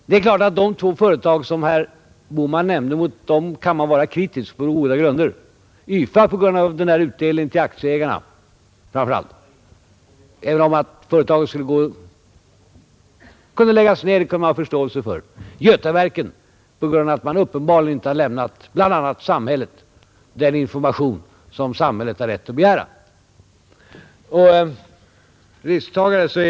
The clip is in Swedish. Det är klart att mot de företag som herr Bohman nämnde kan man vara kritisk, på goda grunder. Mot YFA på grund av utdelningen till aktieägarna — att företaget skulle läggas ner kan jag ha förståelse för — och mot Götaverken på grund av att företaget uppenbarligen inte har lämnat bl.a. samhället den information som samhället har rätt att begära.